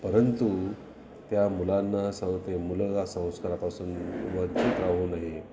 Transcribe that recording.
परंतु त्या मुलांना स ते मुलं संस्कारपासून वंचित राहू नये